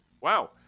wow